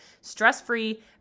stress-free